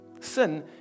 Sin